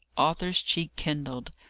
arthur's cheek kindled.